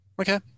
Okay